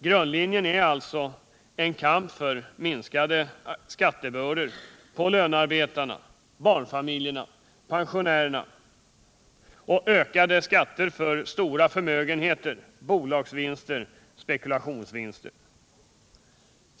Grundlinjen är alltså en kamp för minskade skattebördor på lönarbetarna, barnfamiljerna och pensionärerna och ökade skatter på stora förmögenheter, bolagsvinster, spekulationsvinster.